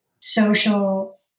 social